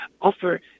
offer